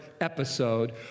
episode